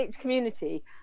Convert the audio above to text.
community